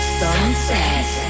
sunset